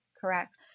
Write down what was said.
Correct